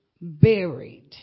buried